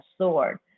sword